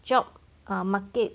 job market